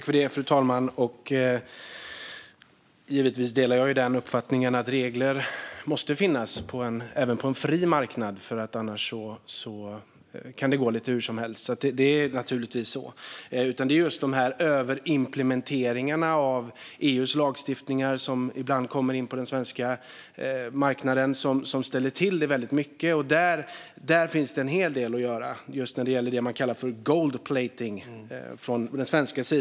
Fru talman! Jag delar givetvis uppfattningen att regler måste finnas även på en fri marknad, för annars kan det gå lite hur som helst. Det är naturligtvis så. Men det är just överimplementeringarna av EU:s lagstiftningar, vilka ibland kommer in på den svenska marknaden, som ställer till det väldigt mycket. Det finns en hel del att göra från den svenska sidan just när det gäller det som man kallar för gold plating.